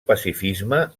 pacifisme